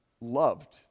loved